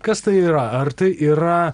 kas tai yra ar tai yra